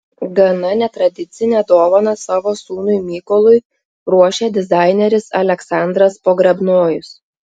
gana netradicinę dovaną savo sūnui mykolui ruošia dizaineris aleksandras pogrebnojus